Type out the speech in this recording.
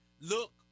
Look